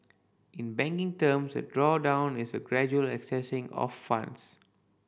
in banking terms a drawdown is a gradual accessing of funds